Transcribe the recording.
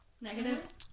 Negatives